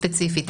הערה ספציפית,